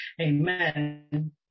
amen